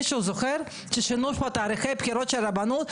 מישהו זוכר ששינו פה את תאריכי הבחירות של הרבנות?